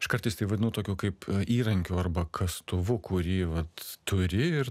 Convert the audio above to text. aš kartais tai vadinu tokiu kaip įrankiu arba kastuvu kurį vat turi ir